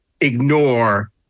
ignore